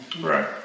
Right